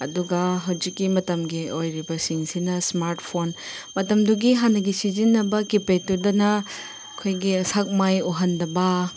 ꯑꯗꯨꯒ ꯍꯧꯖꯤꯛꯀꯤ ꯃꯇꯝꯒꯤ ꯑꯣꯏꯔꯤꯕꯁꯤꯡꯁꯤꯅ ꯏꯁꯃꯥꯔꯠ ꯐꯣꯟ ꯃꯇꯝꯗꯨꯒꯤ ꯍꯥꯟꯅꯒꯤ ꯁꯤꯖꯤꯟꯅꯕ ꯀꯤꯄꯦꯗꯇꯨꯗꯅ ꯑꯩꯈꯣꯏꯒꯤ ꯁꯛ ꯃꯥꯏ ꯎꯍꯟꯗꯕ